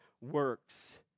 works